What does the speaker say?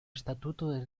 estatuto